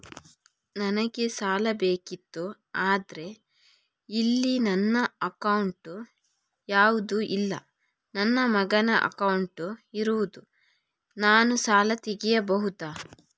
ನನಗೆ ಸಾಲ ಬೇಕಿತ್ತು ಆದ್ರೆ ಇಲ್ಲಿ ನನ್ನ ಅಕೌಂಟ್ ಯಾವುದು ಇಲ್ಲ, ನನ್ನ ಮಗನ ಅಕೌಂಟ್ ಇರುದು, ನಾನು ಸಾಲ ತೆಗಿಬಹುದಾ?